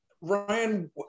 Ryan